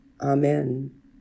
Amen